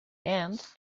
and